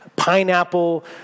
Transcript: pineapple